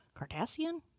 Kardashian